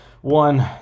One